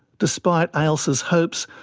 despite ailsa's hopes,